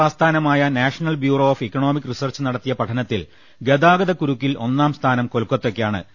S ആസ്ഥാനമായ national bureau of economic research നടത്തിയ പഠനത്തിൽ ഗതാഗതക്കുരു ക്കിൽ ഒന്നാംസ്ഥാനം കൊൽക്കത്തയ്ക്കാണ്